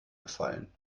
gefallen